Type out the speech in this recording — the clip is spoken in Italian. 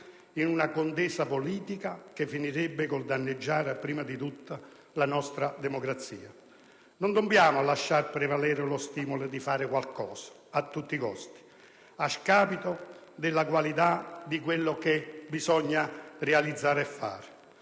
in una contesa politica che finirebbe con il danneggiare prima di tutto la nostra democrazia. Non dobbiamo lasciare prevalere lo stimolo di fare qualcosa a tutti i costi, a scapito della qualità di quello che bisogna realizzare e fare.